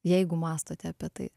jeigu mąstote apie tai